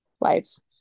lives